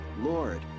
Lord